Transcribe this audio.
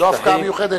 לא הפקעה מיוחדת?